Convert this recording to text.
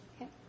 Okay